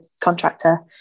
contractor